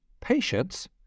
patience